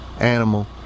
animal